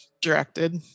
directed